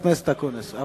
תודה, חבר הכנסת אקוניס.